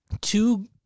two